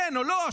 כן או לא,